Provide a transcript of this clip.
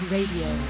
Radio